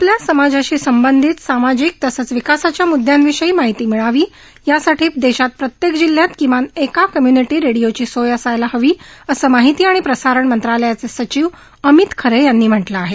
आपला समाजाशी संबंधित सामाजिक तसंच विकासाच्या मुद्यांविषयी माहिती मिळावी यासाठी देशात प्रत्येक जिल्ह्यात किमान एक कम्युनिटी रेडिओची सोय असायला हवी असं माहिती आणि प्रसारण मंत्रालयाचे सचिव अमित खरे यांनी म्हटलं आहे